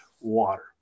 water